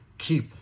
Keep